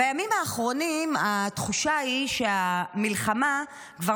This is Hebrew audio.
בימים האחרונים התחושה שהיא שהמלחמה כבר